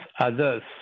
others